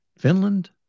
Finland